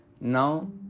now